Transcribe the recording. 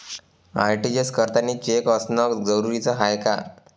RTGS करतांनी cheque असनं जरुरीच हाय का?